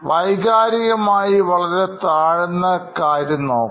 വൈകാരികമായി വളരെ താഴ്ന്ന കാര്യം നോക്കണം